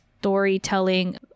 storytelling